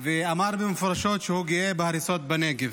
ואמר מפורשות שהוא גאה בהריסות בנגב.